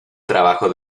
trabajo